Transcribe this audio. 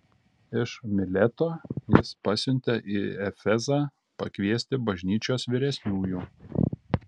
iš mileto jis pasiuntė į efezą pakviesti bažnyčios vyresniųjų